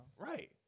Right